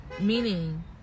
meaning